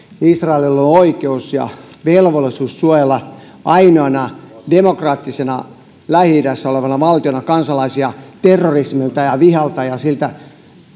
israelilla on oikeus ja velvollisuus suojella ainoana demokraattisena lähi idässä olevana valtiona kansalaisiaan terrorismilta ja vihalta ja siltä